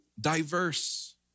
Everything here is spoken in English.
diverse